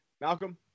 Malcolm